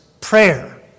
prayer